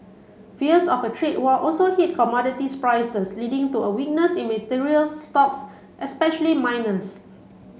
fears of a trade war also hit commodities prices leading to a weakness in materials stocks especially miners